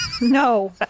No